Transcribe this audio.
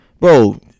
bro